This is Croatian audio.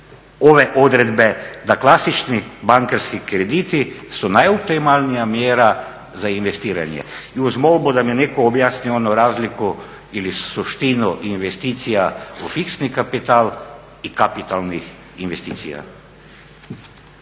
ove odredbe da klasični bankarski krediti su najoptimalnija mjera za investiranje. I uz molbu da mi netko objasni onu razliku ili suštinu investicija u fiksni kapital i kapitalnih investicija.